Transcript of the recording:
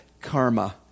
karma